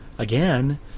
again